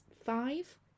five